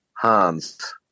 Hans